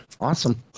Awesome